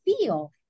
feel